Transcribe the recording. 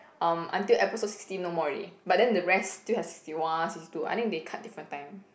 um until episode sixty no more already but then the rest still have sixty one sixty two I think they cut different time